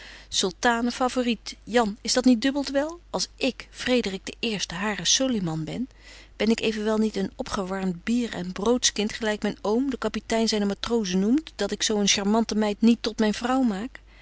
favorite jan is dat niet dubbelt wel als ik frederik de eerste haren soliman ben ben ik evenwel niet een opgewarmt bier en broodskind gelyk myn oom de kapitein zyne matrozen noemt dat ik zo een charmante meid niet tot myn vrouw maak